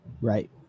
Right